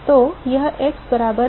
तो यह x बराबर L के लिए मान्य है